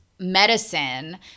medicine